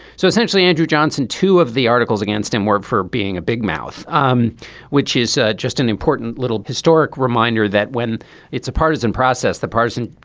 so essentially andrew johnson two of the articles against him were for being a big mouth um which is ah just an important little historic reminder that when it's a partisan process the partisan